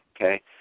okay